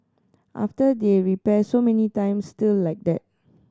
after they repair so many times still like that